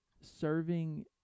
serving